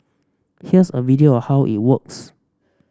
here's a video of how it works